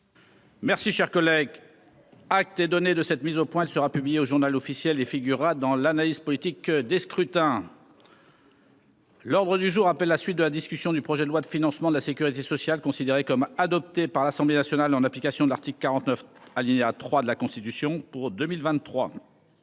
Merci, cher collègue, acte est donné de cette mise au point, elle sera publiée au Journal officiel et figurera dans l'analyste politique des scrutins. L'ordre du jour appelle la suite de la discussion du projet de loi de financement de la Sécurité sociale, considéré comme adopté par l'Assemblée nationale, en application de l'article 49 alinéa 3 de la Constitution pour 2023.